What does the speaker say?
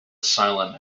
asylum